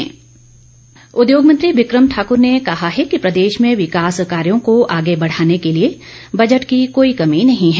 बिक्रम ठाकुर उद्योग मंत्री बिक्रम ठाकुर ने कहा है कि प्रदेश में विकास कार्यों को आगे बढ़ाने के लिए बजट की कोई कमी नहीं है